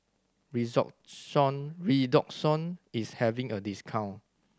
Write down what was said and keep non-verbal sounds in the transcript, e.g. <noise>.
<unintelligible> Redoxon is having a discount